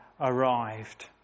arrived